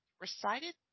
recited